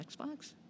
Xbox